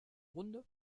runde